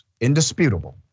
indisputable